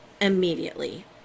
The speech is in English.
immediately